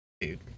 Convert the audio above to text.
dude